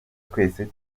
twese